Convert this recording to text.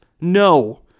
No